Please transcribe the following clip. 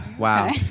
Wow